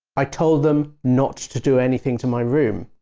i told them not to do anything to my room.